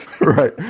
Right